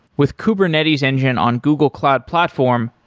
with kubernetes engine on google cloud platform,